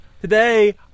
today